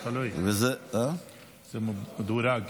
מדורג.